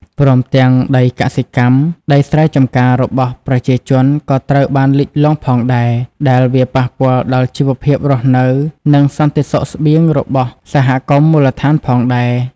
ព្រមទាំង ដីកសិកម្ម ដីស្រែចម្ការរបស់ប្រជាជនក៏ត្រូវបានលិចលង់ផងដែរ ដែលវាប៉ះពាល់ដល់ជីវភាពរស់នៅ និងសន្តិសុខស្បៀងរបស់សហគមន៍មូលដ្ឋានផងដែរ។